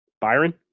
Byron